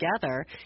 together